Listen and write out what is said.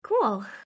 Cool